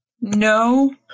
No